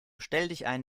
stelldichein